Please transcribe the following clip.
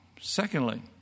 Secondly